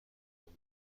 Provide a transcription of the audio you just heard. خودم